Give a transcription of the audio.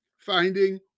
finding